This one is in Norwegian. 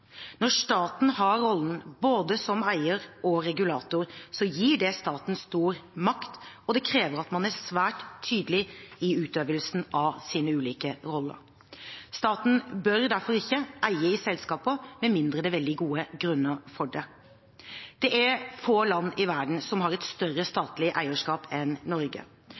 Når staten har rollen som både eier og regulator, gir det staten stor makt – og det krever at man er svært tydelig i utøvelsen av sine ulike roller. Staten bør derfor ikke eie i selskaper, med mindre det er veldig gode grunner for det. Det er få land i verden som har et større statlig eierskap enn Norge.